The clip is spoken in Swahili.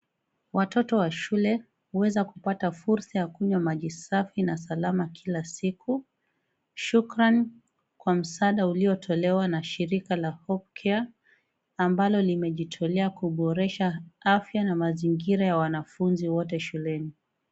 Watoto wa shule uweza kupata fulsa ya kunywa maji safi na salama kila siku, shukrani kwa msaada uliotolewa na shirika la Popcare ambalo limejitolea kuboresha afya na mazingira ya wanafunzi wote shuleni.